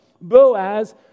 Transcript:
Boaz